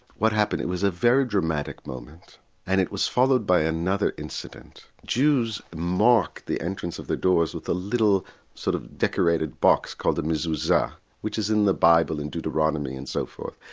what happened it was a very dramatic moment and it was followed by another incident. jews mark the entrance of their doors with a little sort of decorated box called the mezzuza which is in the bible in deuteronomy and so forth.